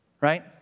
Right